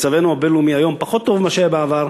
מצבנו הבין-לאומי היום הוא פחות טוב מאשר היה בעבר.